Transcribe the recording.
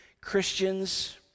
Christians